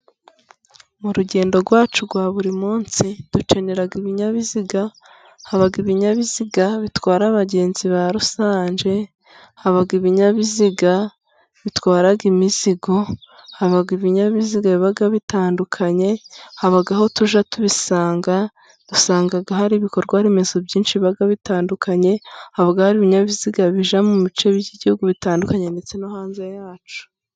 Mu rugendo rwacu rwa buri munsi dukenera ibinyabiziga. Haba ibinyabiziga bitwara abagenzi ba rusange, haba ibinyabiziga bitwara imizigo, haba ibinyabiziga biba bitandukanye. Haba aho tujya tubisanga. Usanga hari ibikorwaremezo byinshi biba bitandukanye. Haba ibinyabiziga biva mu bice by'ibihugu bitandukanye, ndetse no hanze yacyo.